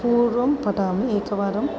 पूर्वं पठामि एकवारम्